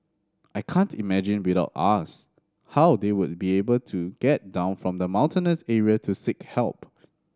I can't imagine without us how they would be able to get down from the mountainous area to seek help